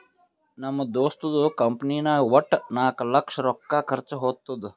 ನಮ್ ದೋಸ್ತದು ಕಂಪನಿನಾಗ್ ವಟ್ಟ ನಾಕ್ ಲಕ್ಷ ರೊಕ್ಕಾ ಖರ್ಚಾ ಹೊತ್ತುದ್